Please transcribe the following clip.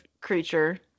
creature